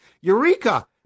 Eureka